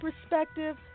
perspective